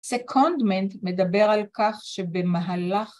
סקונדמנט מדבר על כך שבמהלך